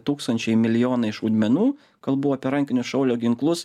tūkstančiai milijonai šaudmenų kalbu apie rankinius šaulio ginklus